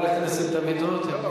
חבר הכנסת דוד רותם,